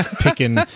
picking